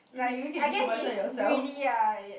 like I guess is greedy ah yes